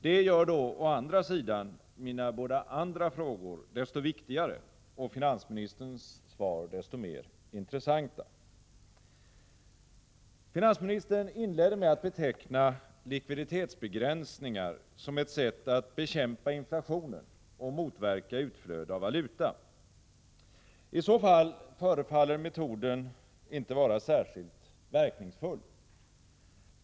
Det gör å andra sidan mina båda andra frågor desto viktigare och finansministerns svar desto mer intressanta. Finansministern inledde med att beteckna likviditetsbegränsningar som ett sätt att bekämpa inflationen och motverka utflöde av valuta. I så fall förefaller metoden inte vara särskilt verkningsfull.